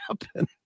happen